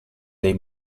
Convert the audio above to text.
dei